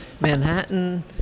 Manhattan